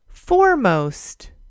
Foremost